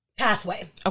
Pathway